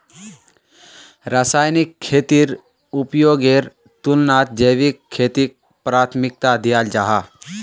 रासायनिक खेतीर उपयोगेर तुलनात जैविक खेतीक प्राथमिकता दियाल जाहा